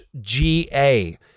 GA